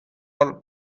all